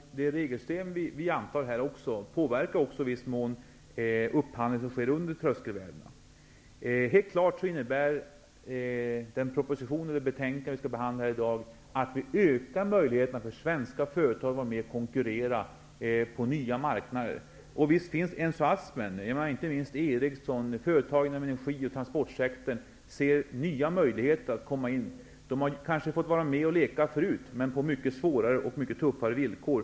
Det regelsystem vi antar påverkar i viss mån också upphandling under tröskelvärdena. Det förslag vi behandlar här i dag innebär att vi ökar möjligheterna för svenska företag att vara med och konkurrera på nya marknader. Visst finns entusiasmen. Inte minst Ericsson och företag inom energi och transportsektorn ser nya möjligheter att komma in på marknaden. De har kanske fått vara med och leka förut, men på mycket svårare och tuffare villkor.